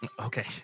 Okay